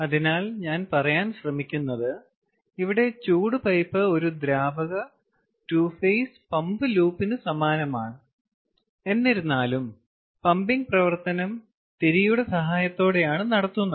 അതിനാൽ ഞാൻ പറയാൻ ശ്രമിക്കുന്നത് ഇവിടെ ചൂട് പൈപ്പ് ഒരു ദ്രാവക 2 ഫേസ് പമ്പ് ലൂപ്പിന് സമാനമാണ് എന്നിരുന്നാലും പമ്പിംഗ് പ്രവർത്തനം തിരിയുടെ സഹായത്തോടെയാണ് നടത്തുന്നത്